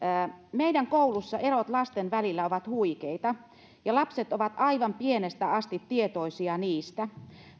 meidän koulussa erot lasten välillä ovat huikeita ja lapset ovat aivan pienestä asti tietoisia niistä